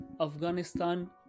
Afghanistan